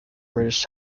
british